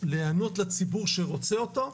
ולהיענות לציבור שרוצה אותו.